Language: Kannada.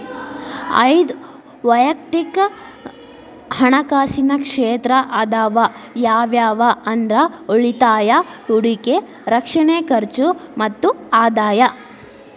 ಐದ್ ವಯಕ್ತಿಕ್ ಹಣಕಾಸಿನ ಕ್ಷೇತ್ರ ಅದಾವ ಯಾವ್ಯಾವ ಅಂದ್ರ ಉಳಿತಾಯ ಹೂಡಿಕೆ ರಕ್ಷಣೆ ಖರ್ಚು ಮತ್ತ ಆದಾಯ